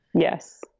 Yes